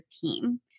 team